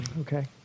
Okay